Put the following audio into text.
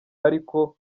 ariko